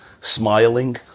smiling